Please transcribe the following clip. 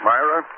Myra